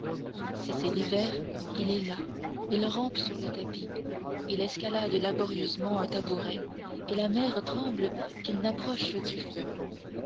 si c'est l'hiver il est là il rampe sur le tapis il escalade laborieusement un tabouret et la mère tremble qu'il n'approche du feu